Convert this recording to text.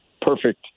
perfect